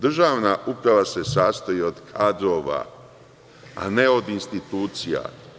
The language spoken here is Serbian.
Državna uprava se sastoji od kadrova, a ne od institucija.